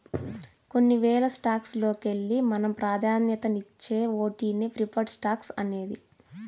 కొన్ని వేల స్టాక్స్ లోకెల్లి మనం పాదాన్యతిచ్చే ఓటినే ప్రిఫర్డ్ స్టాక్స్ అనేది